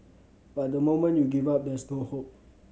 but the moment you give up there's no hope